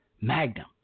Magnum